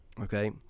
Okay